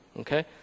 okay